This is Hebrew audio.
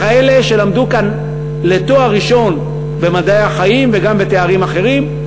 וכאלה שלמדו כאן לתואר ראשון במדעי החיים וגם לתארים אחרים,